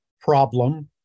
problem